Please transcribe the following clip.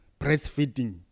breastfeeding